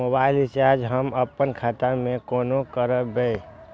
Mobile recharge हम आपन खाता से कोना करबै?